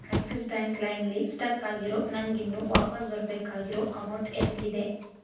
Axis bank ಲೈಮ್ಲಿ stuck ಆಗಿರೋ ನನಗಿನ್ನು ವಾಪಸ್ಸು ಬರ್ಬೇಕಾಗಿರೋ ಅಮೌಂಟ್ ಎಷ್ಟಿದೆ